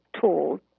tools